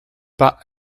pas